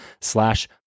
slash